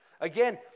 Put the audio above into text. Again